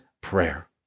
prayer